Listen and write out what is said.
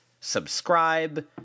subscribe